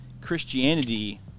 Christianity